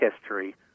history